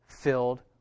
filled